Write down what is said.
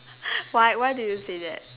why why do you say that